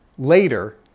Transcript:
Later